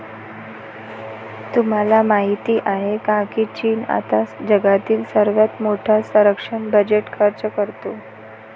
तुम्हाला माहिती आहे का की चीन आता जगातील सर्वात मोठा संरक्षण बजेट खर्च करतो?